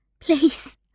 Please